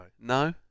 No